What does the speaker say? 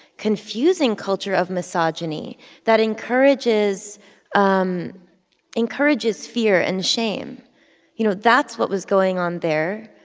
confusing culture of misogyny that encourages um encourages fear and shame you know, that's what was going on there.